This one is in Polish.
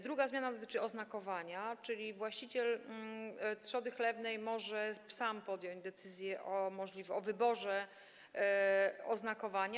Druga zmiana dotyczy oznakowania, czyli właściciel trzody chlewnej może sam podjąć decyzję o wyborze oznakowania.